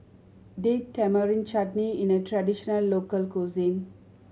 Date Tamarind Chutney is a traditional local cuisine